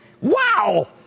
Wow